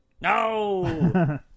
No